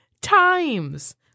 times